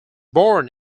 born